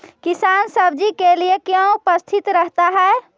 किसान सब्जी के लिए क्यों उपस्थित रहता है?